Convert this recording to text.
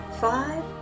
five